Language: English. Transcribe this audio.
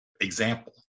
example